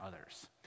others